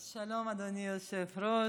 שלום, אדוני היושב-ראש.